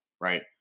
right